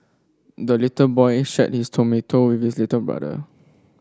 the little boy shared his tomato with his little brother